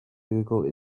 google